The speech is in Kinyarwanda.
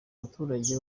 abaturage